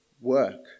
work